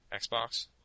Xbox